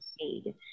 made